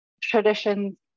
traditions